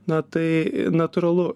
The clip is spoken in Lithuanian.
na tai natūralu